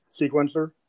sequencer